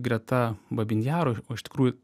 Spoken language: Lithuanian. greta babyn jaro o iš tikrųjų